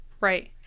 Right